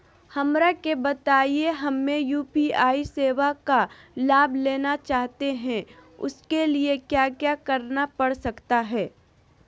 हमरा के बताइए हमें यू.पी.आई सेवा का लाभ लेना चाहते हैं उसके लिए क्या क्या करना पड़ सकता है?